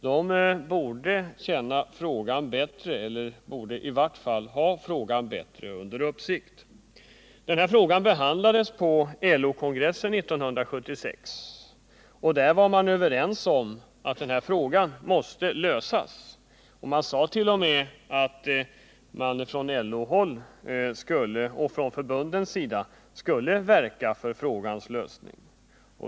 De borde känna frågan bättre eller i varje fall ha den under bättre uppsikt. Den här frågan behandlades på LO-kongressen 1976, och där var man överens om att den måste lösas. Man sade t.o.m. att man från LO:s och förbundens sida skulle verka för frågans lösning.